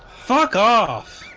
fuck off